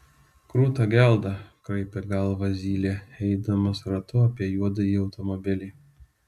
kruta gelda kraipė galvą zylė eidamas ratu apie juodąjį automobilį